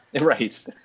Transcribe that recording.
Right